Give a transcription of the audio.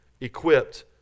equipped